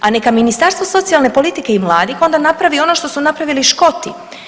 A neka Ministarstvo socijalne politike i mladih napravi onda napravi ono što su napravili Škoti.